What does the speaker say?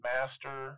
Master